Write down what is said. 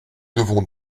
devons